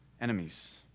enemies